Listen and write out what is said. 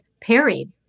parried